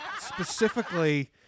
specifically